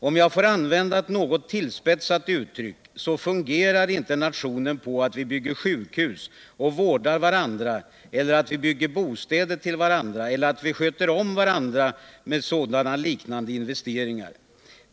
Om jag får använda ett något tillspetsat uttryck så fungerar inte nationen på att vi bygger sjukhus och vårdar varandra eller att vi bygger bostäder till varandra eller att vi sköter om andra sådana liknande investeringar.